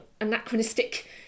anachronistic